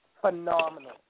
phenomenal